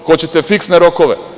Hoćete fiksne rokove?